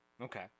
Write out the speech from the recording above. Okay